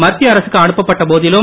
மத்திய அரசுக்கு அனுப்பப்பட்ட போதிலும்